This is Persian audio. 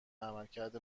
عملکرد